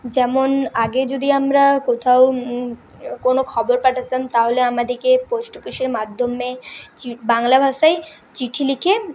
যেমন আগে যদি আমরা কোথাও কোন খবর পাঠাতাম তাহলে আমাদিগকে পোস্টঅফিসের মাধ্যমে বাংলা ভাষায় চিঠি লিখে